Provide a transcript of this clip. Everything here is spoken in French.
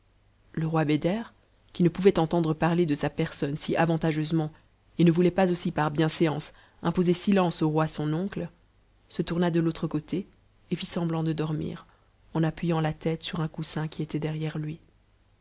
le roi beder qui ne pouvait entendre parler de sa np sonne si avantageusement et ne voulait pas aussi par bienséance impospr silence au roi son oncle se tourna de l'autre côté et fit semblant de dormir en appuyant a tête sur un coussin qui était derrière lui